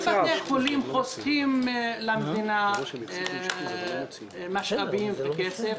אותם בתי חולים חוסכים למדינה משאבים וכסף.